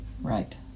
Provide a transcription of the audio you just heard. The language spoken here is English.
Right